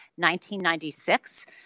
1996